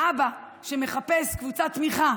אבא שמחפש קבוצת תמיכה